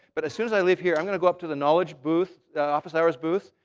but as soon as i leave here, i'm going to go up to the knowledge booth, the office-hours booth,